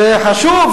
זה חשוב,